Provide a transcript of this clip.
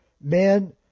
men